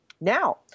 now